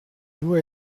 due